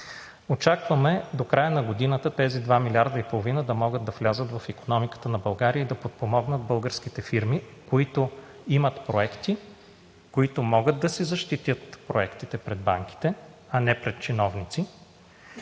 Очакваме до края на годината тези 2,5 милиарда да могат да влязат в икономиката на България и да подпомогнат българските фирми, които имат проекти, които могат да си защитят проектите пред банките, а не пред чиновници,